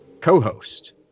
co-host